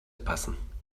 passen